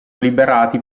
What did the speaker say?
liberati